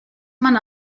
man